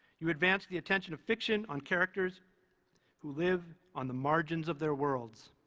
you advanced the attention of fiction on characters who live on the margins of their worlds.